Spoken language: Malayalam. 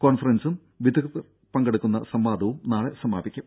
കോൺഫറൻസും വിദഗ്ദ്ധർ പങ്കെടുക്കുന്ന സംവാദവും നാളെ സമാപിക്കും